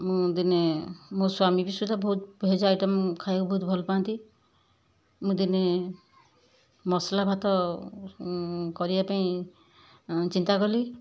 ମୁଁ ଦିନେ ମୋ ସ୍ୱାମୀକୁ ସୁଦ୍ଧା ବହୁତ ଭେଜେ ଆଇଟମ ଖାଇବାକୁ ବହୁତ ଭଲପାଆନ୍ତି ମୁଁ ଦିନେ ମସଲା ଭାତ କରିବା ପାଇଁ ଚିନ୍ତା କଲି